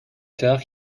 tard